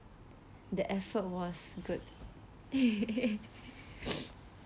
that effort was good